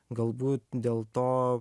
galbūt dėl to